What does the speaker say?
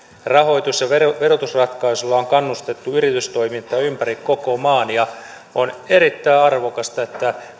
rahoitus ja verotusratkaisuilla on kannustettu yritystoimintaa ympäri koko maan ja on erittäin arvokasta että